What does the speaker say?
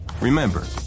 Remember